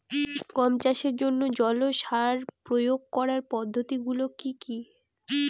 গম চাষের জন্যে জল ও সার প্রয়োগ করার পদ্ধতি গুলো কি কী?